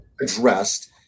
addressed